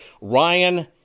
Ryan